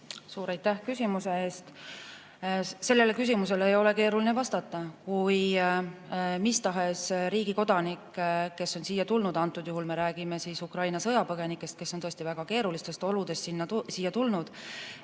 Suur aitäh küsimuse eest! Sellele küsimusele ei ole keeruline vastata. Kui mis tahes riigi kodanik, kes on siia tulnud – antud juhul me räägime Ukraina sõjapõgenikest, kes on tõesti väga keerulistest oludest siia tulnud